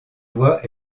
voies